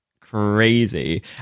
crazy